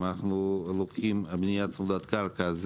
אם אנחנו לוקחים בנייה צמוד קרקע,